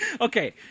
Okay